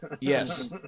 Yes